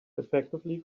effectively